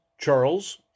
Charles